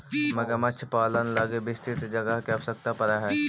मगरमच्छ पालन लगी विस्तृत जगह के आवश्यकता पड़ऽ हइ